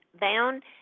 bound